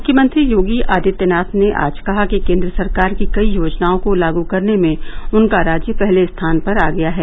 मुख्यमंत्री योगी आदित्यनाथ ने आज कहा कि केन्द्र सरकार की कई योजनाओं को लागू करने में उनका राज्य पहले स्थान पर आ गया है